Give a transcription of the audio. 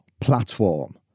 platform